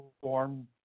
form